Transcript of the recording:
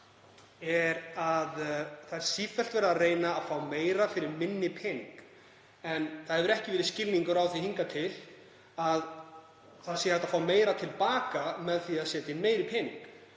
er að það er sífellt verið að reyna að fá meira fyrir minni pening. Það hefur ekki verið skilningur á því hingað til að hægt sé að fá meira til baka með því að setja meiri peninga